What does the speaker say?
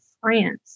France